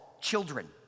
children